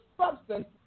substance